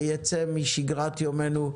ויצא משגרת יומנו,